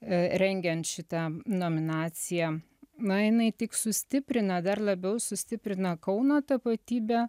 rengiant šitą nominaciją na jinai tik sustiprina dar labiau sustiprina kauno tapatybę